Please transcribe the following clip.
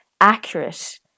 accurate